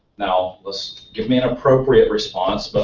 now let's give me an appropriate response, but